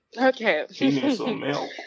Okay